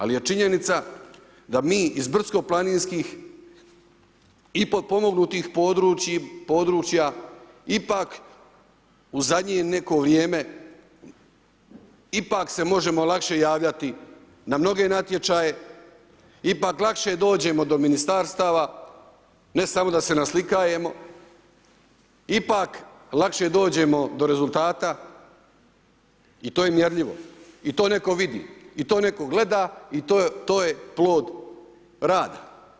Ali je činjenica da mi iz brdsko-planinskih i potpomognutih područja ipak u zadnje neko vrijeme ipak se možemo lakše javljati na mnoge natječaje, ipak lakše dođemo do ministarstava ne samo da se naslikavamo, ipak lakše dođemo do rezultata i to je mjerljivo, i to netko vidi i to netko gleda i to je plod rada.